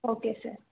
okay sir